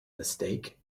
mistake